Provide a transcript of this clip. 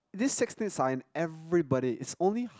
these six needs are in everybody it's only